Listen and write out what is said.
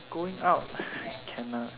going out can ah